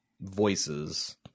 voices